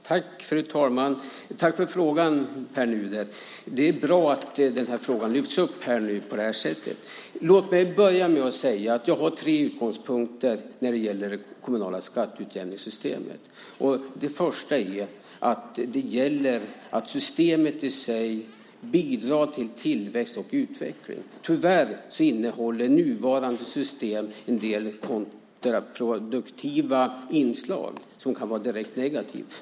Fru talman! Tack för frågan, Pär Nuder! Det är bra att den här frågan nu lyfts upp på det här sättet. Låt mig börja med att säga att jag har tre utgångspunkter när det gäller det kommunala skatteutjämningssystemet. För det första gäller det att systemet i sig bidrar till tillväxt och utveckling. Tyvärr innehåller nuvarande system en del kontraproduktiva inslag, som kan vara direkt negativa.